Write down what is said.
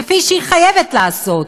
כפי שהיא חייבת לעשות,